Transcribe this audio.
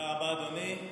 תודה רבה, אדוני.